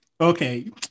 Okay